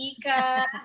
Ika